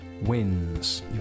wins